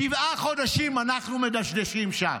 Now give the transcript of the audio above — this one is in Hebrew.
שבעה חודשים אנחנו מדשדשים שם,